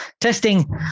testing